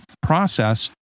process